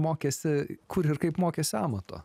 mokėsi kur ir kaip mokėsi amato